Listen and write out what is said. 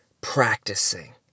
practicing